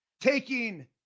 taking